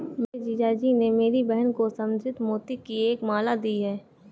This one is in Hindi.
मेरे जीजा जी ने मेरी बहन को संवर्धित मोती की एक माला दी है